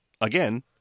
again